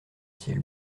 ciel